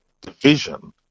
division